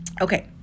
Okay